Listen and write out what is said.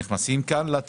נכנסים כאן?